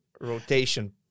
Rotation